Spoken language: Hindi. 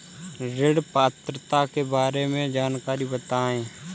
ऋण पात्रता के बारे में जानकारी बताएँ?